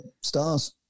stars